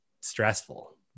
stressful